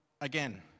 again